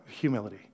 Humility